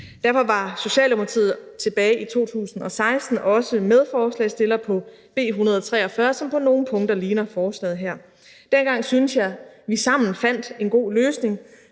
Derfor var Socialdemokratiet tilbage i 2016 også medforslagsstillere på B 143, som på nogle punkter ligner forslaget her. Dengang syntes jeg, vi sammen fandt en god løsning,